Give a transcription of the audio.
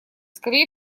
скорее